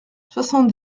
soixante